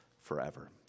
forever